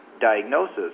diagnosis